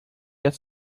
get